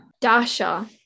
Dasha